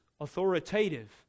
authoritative